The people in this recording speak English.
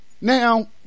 Now